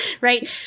right